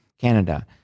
Canada